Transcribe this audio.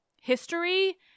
history